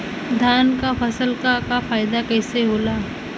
धान क फसल क फायदा कईसे होला?